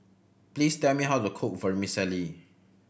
please tell me how to cook Vermicelli